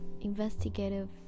Investigative